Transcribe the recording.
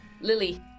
Lily